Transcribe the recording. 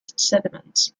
sediments